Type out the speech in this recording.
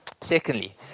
Secondly